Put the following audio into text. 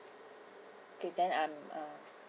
okay then I'm uh